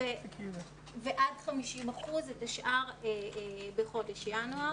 ועד 50% בחודש ינואר,